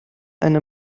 eine